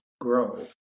grow